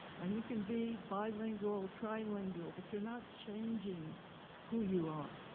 and you can be bilingual, trilingual but you're not changing who you are.